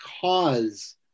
cause